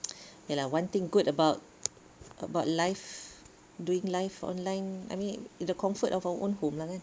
ya lah one thing good about about live doing live online I mean the comfort of our own home lah kan